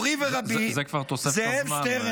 זה כבר תוספת הזמן, תוסיף.